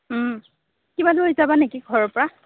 কিবা লৈ যাবা নেকি ঘৰৰ পৰা